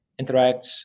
interacts